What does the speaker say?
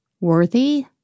Worthy